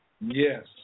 Yes